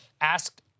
Asked